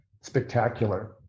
spectacular